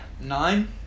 nine